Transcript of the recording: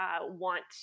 want